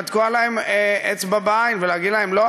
לתקוע להם אצבע בעין ולהגיד להם: לא,